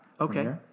Okay